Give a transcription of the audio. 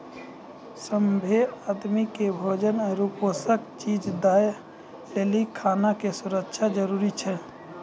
सभ्भे आदमी के भोजन आरु पोषक चीज दय लेली खाना के सुरक्षा जरूरी छै